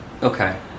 Okay